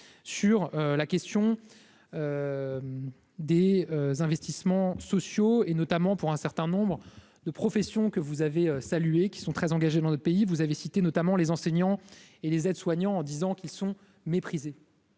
sur la question des investissements sociaux et notamment pour un certain nombre de professions que vous avez salué qui sont très engagés dans d'autres pays, vous avez cité, notamment les enseignants et les aides-soignants en disant qu'ils sont méprisés.